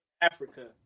Africa